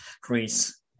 Greece